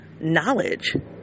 knowledge